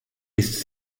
ist